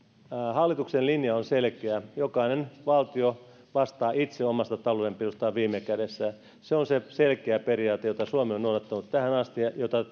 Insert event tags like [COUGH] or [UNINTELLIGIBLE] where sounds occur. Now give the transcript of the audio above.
hallituksen linja on selkeä jokainen valtio vastaa itse omasta taloudenpidostaan viime kädessä se on se selkeä periaate jota suomi on noudattanut tähän asti ja jota [UNINTELLIGIBLE]